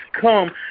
come